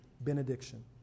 Benediction